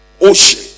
Ocean